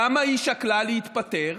למה היא שקלה להתפטר